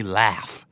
laugh